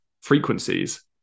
frequencies